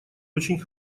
очень